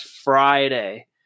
Friday